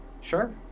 Sure